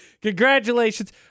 Congratulations